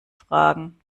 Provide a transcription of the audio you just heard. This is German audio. fragen